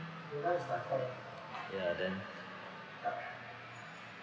ya then